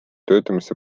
töötamise